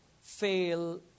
fail